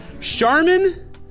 Charmin